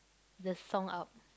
the song up